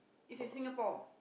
is in Singapore